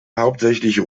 hauptsächlich